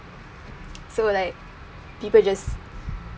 so like people just